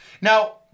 Now